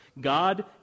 God